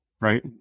right